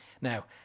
Now